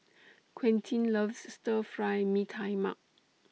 Quentin loves Stir Fry Mee Tai Mak